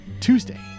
Tuesday